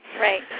Right